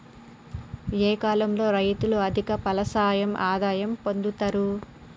ఏ కాలం లో రైతులు అధిక ఫలసాయం ఆదాయం పొందుతరు?